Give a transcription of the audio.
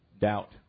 doubt